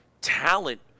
talent